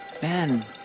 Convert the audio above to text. ben